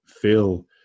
feel